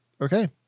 okay